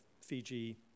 Fiji